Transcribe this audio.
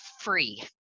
free